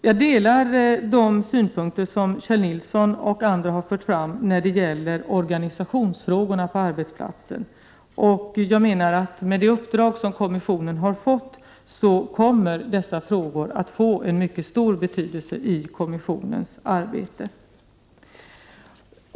Jag delar de synpunkter som Kjell Nilsson och andra har fört fram när det gäller organisationsfrågorna på arbetsplatserna. Jag menar att dessa frågor med det uppdrag som kommissionen har fått kommer att få en mycket stor betydelse i kommissionens arbete.